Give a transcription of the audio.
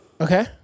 Okay